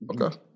Okay